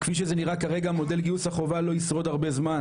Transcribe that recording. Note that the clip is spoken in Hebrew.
כפי שנראה כרגע מודל גיוס החובה לא ישרוד הרבה זמן